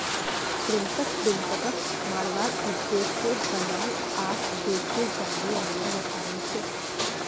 कृंतक कृन्तकक मारवार उद्देश्य से बनाल आर बेचे जाने वाला रसायन छे